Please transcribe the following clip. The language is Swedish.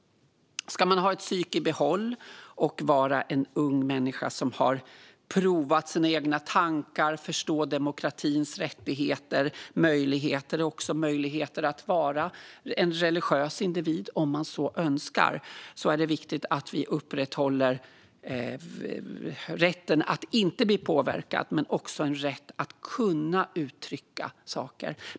Om man ska ha ett psyke i behåll och vara en ung människa som har provat sina egna tankar, förstår demokratins rättigheter och möjligheter, har möjlighet att också vara en religiös individ, om man så önskar, är det viktigt att vi upprätthåller rätten att inte bli påverkad men också rätten att kunna uttrycka saker.